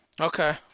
Okay